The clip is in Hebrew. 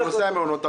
בנושא המעונות,